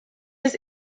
his